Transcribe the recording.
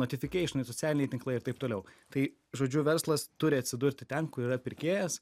notifikeišenai socialiniai tinklai ir taip toliau tai žodžiu verslas turi atsidurti ten kur yra pirkėjas